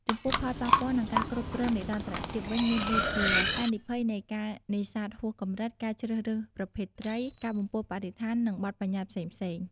ចំពោះ ផលប៉ះពាល់ និងការគ្រប់គ្រងនិរន្តរភាពវិញមានដូចជា ហានិភ័យនៃការនេសាទហួសកម្រិត ការជ្រើសរើសប្រភេទត្រី ការបំពុលបរិស្ថាន និងបទប្បញ្ញត្តិផ្សេងៗ។